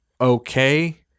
okay